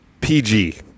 PG